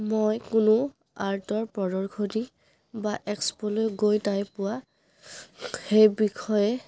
মই কোনো আৰ্টৰ প্ৰদৰ্শনী বা এক্সপ'লৈ গৈ নাই পোৱা সেই বিষয়ে